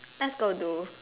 let's go do